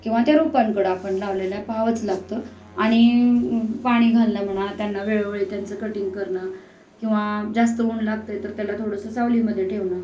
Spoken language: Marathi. किंवा त्या रोपांकडं आपण लावलेल्या पाहावंच लागतं आणि पाणी घाललं म्हणा त्यांना वेळोवेळी त्यांचं कटिंग करणं किंवा जास्त ऊन लागतं आहे तर त्याला थोडंसं सावलीमध्ये ठेवणं